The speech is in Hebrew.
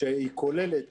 שהיא כוללת